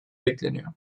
bekleniyor